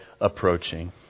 approaching